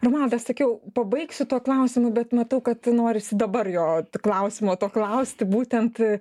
romualda sakiau pabaigsiu tuo klausimu bet matau kad norisi dabar jo klausimo to klausti būtent